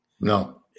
No